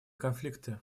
конфликты